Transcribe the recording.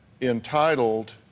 entitled